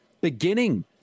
beginning